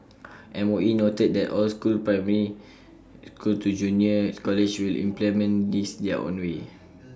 mOE noted that all schools from primary schools to junior colleges will implement this their own way